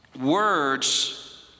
words